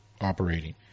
operating